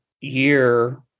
year